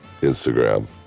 Instagram